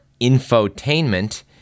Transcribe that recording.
infotainment